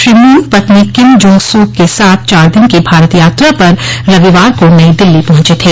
Shri Moon पत्नी Kim Jung Sook के साथ चार दिन की भारत यात्रा पर रविवार को नई दिल्ली पहुंचे थे